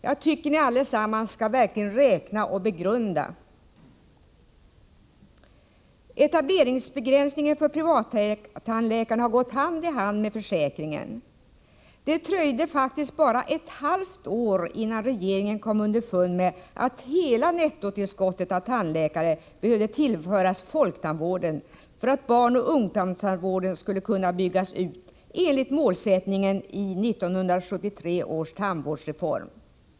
Jag tycker att ni allesammans verkligen skall räkna och begrunda. Etableringsbegränsningen för privattandläkarna har gått hand i hand med försäkringen. Det dröjde faktiskt bara ett halvt år innan regeringen kom underfund med att hela nettotillskottet av tandläkare behövde tillföras folktandvården för att barnoch ungdomstandvården skulle kunna byggas ut enligt målsättningen i 1973 års tandvårdsreform.